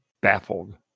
baffled